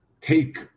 take